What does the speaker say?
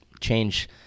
change –